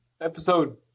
episode